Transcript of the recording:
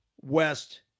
west